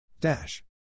Dash